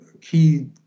key